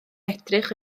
edrych